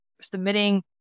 submitting